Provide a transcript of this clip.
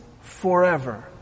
forever